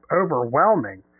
overwhelming